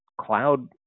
cloud